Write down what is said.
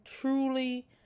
truly